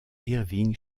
irving